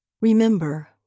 remember